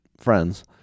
friends